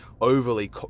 overly